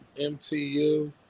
MTU